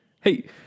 hey